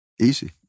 Easy